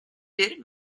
bir